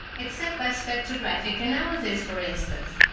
except by spectrographic analysis, for instance.